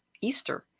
Easter